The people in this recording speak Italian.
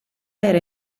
era